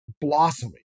blossoming